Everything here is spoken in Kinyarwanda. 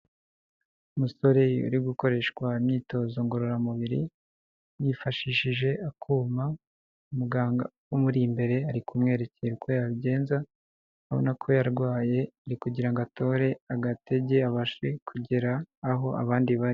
Umusore uri gukoreshwa imyitozo ngororamubiri, yifashishije akuma, umuganga umuri imbere ari kumwerekera uko yabigenza, urabona ko yarwaye ari kugira ngo atore agatege abashe kugera aho abandi bari.